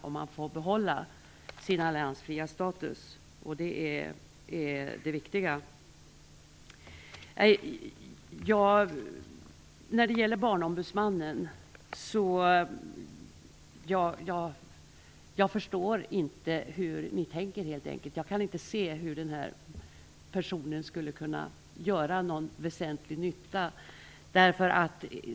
De får behålla sin alliansfria status. Det är det viktiga. När det gäller barnombudsmannen förstår jag helt enkelt inte hur ni tänker. Jag kan inte se hur den personen skulle kunna göra någon väsentlig nytta.